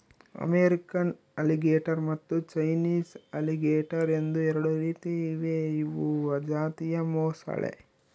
American alligator ಮತ್ತು Chinese alligator ಎಂದು ಎರಡು ರೀತಿ ಇವೆ ಇವು ಒಂದು ಜಾತಿಯ ಮೊಸಳೆ